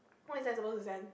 what is that supposed to send